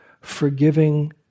forgiving